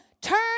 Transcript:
turn